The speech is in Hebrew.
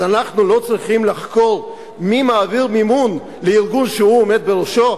אז אנחנו לא צריכים לחקור מי מעביר מימון לארגון שהוא עומד בראשו?